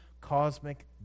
cosmic